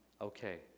okay